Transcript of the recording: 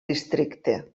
districte